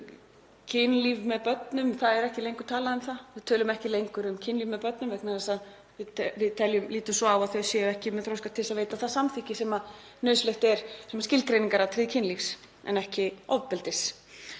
kynlíf með börnum, það er ekki lengur talað um það. Við tölum ekki lengur um kynlíf með börnum vegna þess að við lítum svo á að börn séu ekki með þroska til að veita það samþykki sem nauðsynlegt er, sem er skilgreiningaratriði kynlífs en ekki ofbeldis.